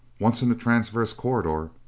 once in the transverse corridor,